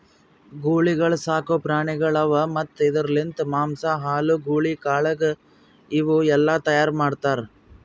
ಗೂಳಿಗೊಳ್ ಸಾಕು ಪ್ರಾಣಿಗೊಳ್ ಅವಾ ಮತ್ತ್ ಇದುರ್ ಲಿಂತ್ ಮಾಂಸ, ಹಾಲು, ಗೂಳಿ ಕಾಳಗ ಇವು ಎಲ್ಲಾ ತೈಯಾರ್ ಮಾಡ್ತಾರ್